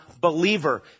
believer